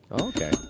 Okay